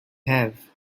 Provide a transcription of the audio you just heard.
have